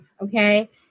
okay